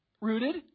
Rooted